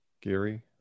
Geary